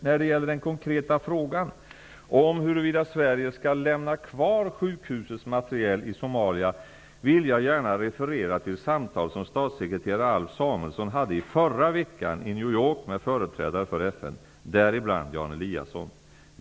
När det gäller den konkreta frågan om huruvida Sverige skall lämna kvar sjukhusets materiel i Somalia vill jag gärna referera till samtal som statssekreterare Alf Samuelsson hade i förra veckan i New York med företrädare för FN, däribland Jan Eliasson.